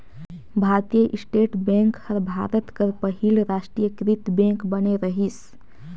भारतीय state bank हर भारत कर पहिल रास्टीयकृत बेंक बने रहिस